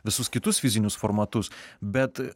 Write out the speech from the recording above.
visus kitus fizinius formatus bet